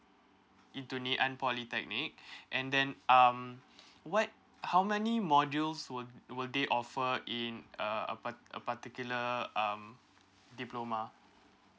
into ngee ann polytechnic and then um what how many modules would would they offer in uh a par~ a particular um diploma